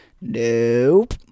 nope